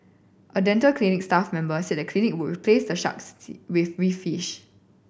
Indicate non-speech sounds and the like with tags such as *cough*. a dental clinic staff member said the clinic would replace the sharks *unintelligible* with reef fish